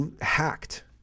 hacked